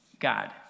God